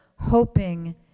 hoping